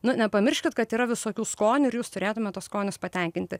nu nepamirškit kad yra visokių skonių ir jūs turėtumėt tuos skonius patenkinti